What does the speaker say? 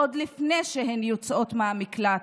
עוד לפני שהן יוצאות מהמקלט,